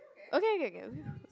okay K K